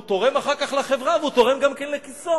הוא תורם אחר כך לחברה והוא תורם גם כן לכיסו.